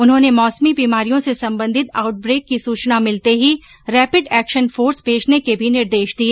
उन्होंने मौसमी बीमारियों से संबंधित आउटब्रेक की सूचना मिलते ही रैपिड एक्शन फोर्स भेजने के मी निर्देश दिए